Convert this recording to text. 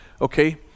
okay